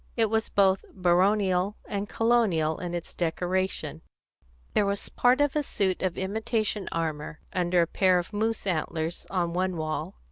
it was both baronial and colonial in its decoration there was part of a suit of imitation armour under a pair of moose antlers on one wall,